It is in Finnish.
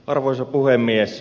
arvoisa puhemies